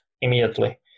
immediately